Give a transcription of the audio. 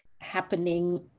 happening